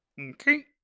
Okay